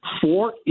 four